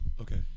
Okay